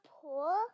pool